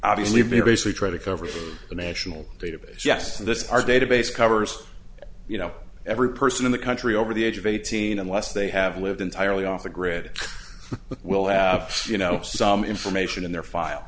obviously basically try to cover the national database yes this is our database covers you know every person in the country over the age of eighteen unless they have lived entirely off the grid will have you know some information in their file